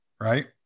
Right